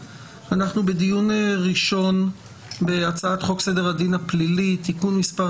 אנחנו בדיון ראשון בהצעת חוק סדר הדין הפלילי (תיקון מס'